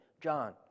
John